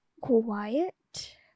quiet